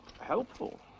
helpful